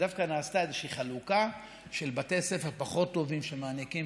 דווקא נעשתה איזושהי חלוקה של בתי ספר פחות טובים שמעניקים